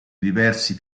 diversi